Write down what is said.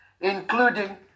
including